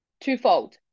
twofold